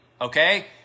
okay